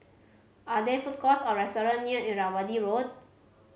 are there food courts or restaurant near Irrawaddy Road